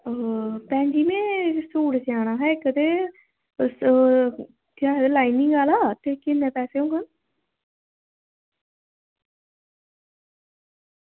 भैन जी में सूट सेआना हा इक्क ते तुस ते लाईनिंग आह्ला ते किन्ने पैसे होङन